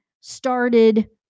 started